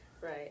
Right